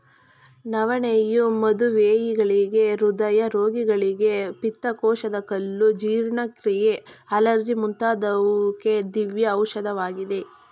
ನವಣೆಯು ಮಧುಮೇಹಿಗಳಿಗೆ, ಹೃದಯ ರೋಗಿಗಳಿಗೆ, ಪಿತ್ತಕೋಶದ ಕಲ್ಲು, ಜೀರ್ಣಕ್ರಿಯೆ, ಅಲರ್ಜಿ ಮುಂತಾದುವಕ್ಕೆ ದಿವ್ಯ ಔಷಧವಾಗಿದೆ